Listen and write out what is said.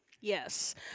Yes